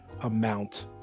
amount